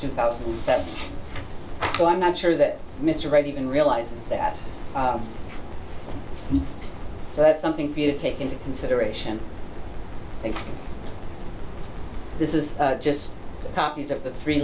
two thousand and seven so i'm not sure that mr wright even realizes that so that's something for you to take into consideration and this is just copies of the three